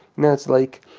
know it's like